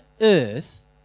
earth